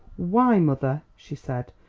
why, mother, she said,